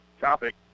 Topic